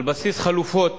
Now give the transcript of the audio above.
על בסיס חלופות